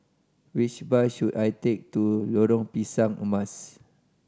which bus should I take to Lorong Pisang Emas